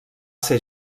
ser